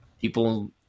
people